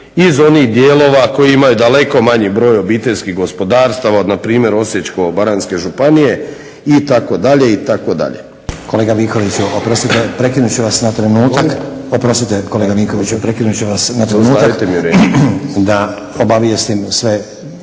iz onih dijelova koji imaju daleko manji broj obiteljskih gospodarstava od npr. Osječko-baranjske županije itd., itd. **Stazić, Nenad (SDP)** Kolega Vinkoviću oprostite, prekinut ću vas na trenutak da obavijestim sve